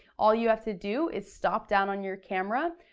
all you have to do is stop down on your camera.